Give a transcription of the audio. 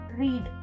read